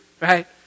right